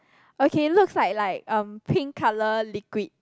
okay looks like like um pink colour liquid